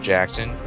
Jackson